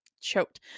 choked